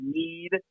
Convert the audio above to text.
need